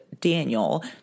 Daniel